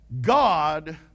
God